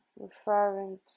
referring